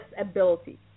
ability